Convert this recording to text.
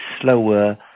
slower